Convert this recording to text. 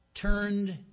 turned